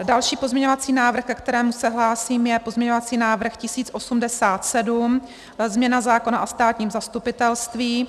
Další pozměňovací návrh, ke kterému se hlásím, je pozměňovací návrh 1087, změna zákona o státním zastupitelství.